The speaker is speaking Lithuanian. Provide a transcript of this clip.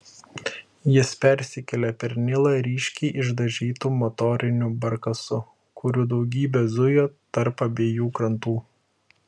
jis persikėlė per nilą ryškiai išdažytu motoriniu barkasu kurių daugybė zujo tarp abiejų krantų